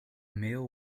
male